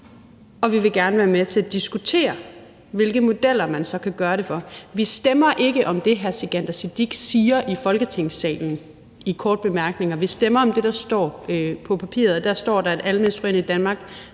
og vi vil gerne være med til at diskutere, hvilke modeller man så kan gøre det med. Vi stemmer ikke om det, hr. Sikandar Siddique siger i Folketingssalen i korte bemærkninger. Vi stemmer om det, der står på papiret. Og der står, at alle menstruerende i Danmark